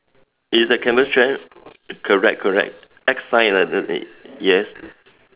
is a canvas chair correct correct X sign lah yes